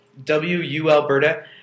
wualberta